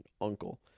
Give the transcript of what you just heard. Uncle